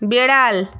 বেড়াল